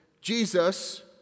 Jesus